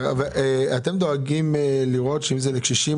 שאלתי אותה.